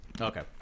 Okay